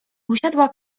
usiadła